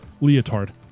leotard